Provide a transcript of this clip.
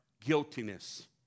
guiltiness